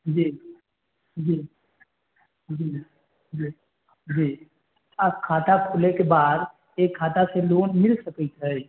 जी जी जी जी जी आ खाता खुलै के बाद ओहि खाता से लोन मिल सकै छै